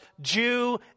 Jew